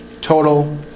total